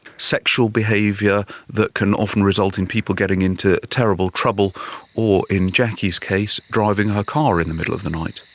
sexual behaviour that can often result in people getting into terrible trouble or, in jackie's case, driving her car in the middle of the night.